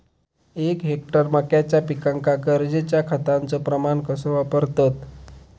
एक हेक्टर मक्याच्या पिकांका गरजेच्या खतांचो प्रमाण कसो वापरतत?